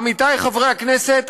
עמיתיי חברי הכנסת,